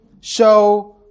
show